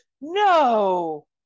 No